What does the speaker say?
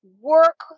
work